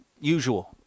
usual